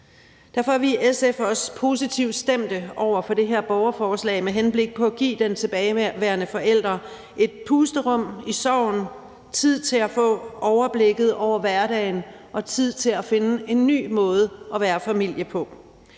Derfor er vi i SF også positivt stemte over for det her borgerforslag med henblik på at give den tilbageværende forælder et pusterum i sorgen, tid til at få overblikket over hverdagen og tid til at finde en ny måde at være familie på.